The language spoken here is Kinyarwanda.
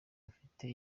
afite